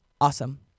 awesome